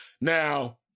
now